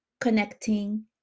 connecting